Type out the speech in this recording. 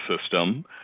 system